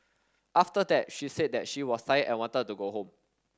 after that she said that she was tired and wanted to go home